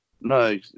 No